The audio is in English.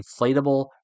inflatable